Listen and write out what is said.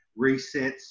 resets